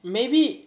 maybe